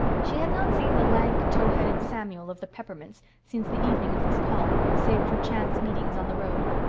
she had not seen the lank, tow-headed samuel of the peppermints since the evening of his call, save for chance meetings on the road.